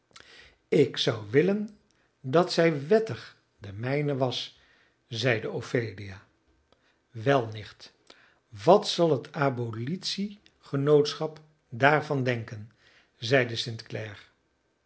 ik zou willen dat zij wettig de mijne was zeide ophelia wel nicht wat zal het abolitie genootschap daarvan denken zeide st